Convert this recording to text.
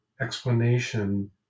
explanation